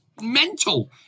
mental